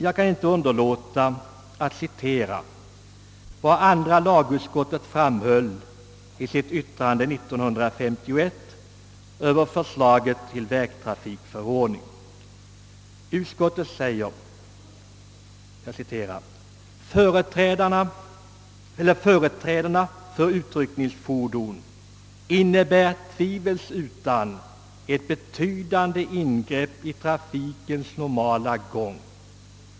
Jag kan inte underlåta att citera vad andra laguskottet framhöll i sitt yttrande 1951 över förslaget till vägtrafikförordning. Utskottet sade: »Företrädena för utryckningsfordon innebära tvivelsutan ett betydande ingrepp i trafikens normala gång.